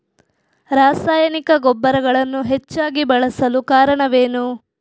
ರಾಸಾಯನಿಕ ಗೊಬ್ಬರಗಳನ್ನು ಹೆಚ್ಚಾಗಿ ಬಳಸಲು ಕಾರಣವೇನು?